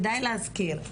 כדאי להזכיר,